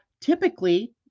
typically